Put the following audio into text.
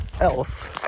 else